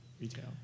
retail